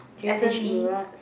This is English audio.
Jason-Mraz